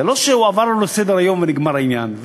זה לא שעברנו לסדר-היום ונגמר העניין.